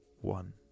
one